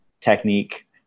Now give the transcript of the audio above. technique